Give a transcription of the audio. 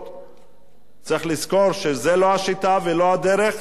צריך לזכור שזה לא השיטה ולא הדרך לנסות להלאים